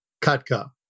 katka